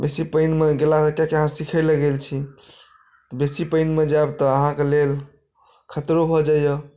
बेसी पानिमे गेलासँ किआकी अहाँ सिखैला गेल छी बेसी पानिमे जायब तऽ अहाँकेँ लेल खतरो भऽ जाइया